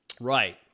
Right